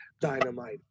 Dynamite